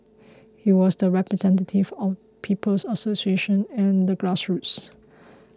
he was the representative of People's Association and the grassroots